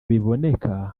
biboneka